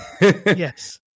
Yes